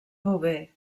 beauvais